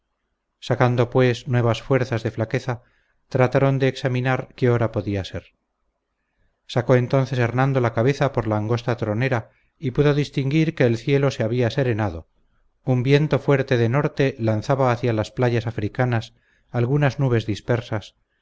sacando pues nuevas fuerzas de flaqueza trataron de examinar qué hora podía ser sacó entonces hernando la cabeza por la angosta tronera y pudo distinguir que el cielo se había serenado un viento fuerte de norte lanzaba hacia las playas africanas algunas nubes dispersas